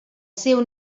seu